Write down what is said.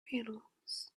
animals